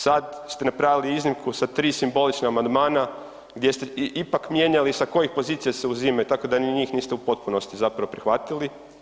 Sad ste napravili iznimku sa 3 simbolična amandmana gdje ste ipak mijenjali sa kojih pozicija se uzimaju, tako da ni njih niste u potpunosti zapravo prihvatili.